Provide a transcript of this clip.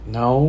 no